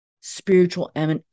spiritual